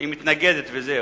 היא מתנגדת וזהו.